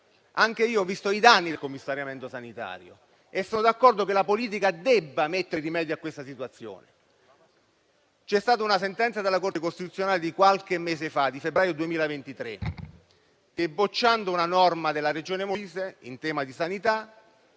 Anche io ho visto i danni del commissariamento sanitario e sono d'accordo sul fatto che la politica debba mettere rimedio a questa situazione. C'è stata una sentenza della Corte costituzionale di qualche mese fa, del febbraio 2023, che, bocciando una norma della Regione Molise in tema di sanità,